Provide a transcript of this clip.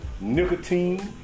nicotine